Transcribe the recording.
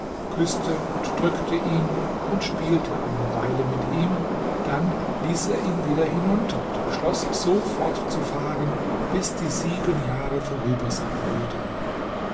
küßte und drückte ihn und spielte eine weile mit ihm dann ließ er ihn wieder hinunter und beschloß so fortzufahren bis die sieben jahre vorüber sein würden